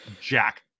jack